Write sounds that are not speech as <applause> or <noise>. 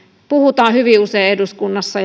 puhutaan hyvin usein eduskunnassa <unintelligible>